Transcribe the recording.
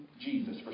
Jesus